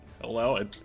hello